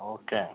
okay